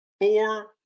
Four